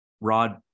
rod